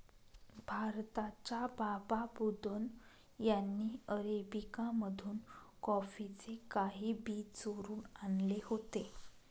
भारताच्या बाबा बुदन यांनी अरेबिका मधून कॉफीचे काही बी चोरून आणले होते